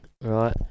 Right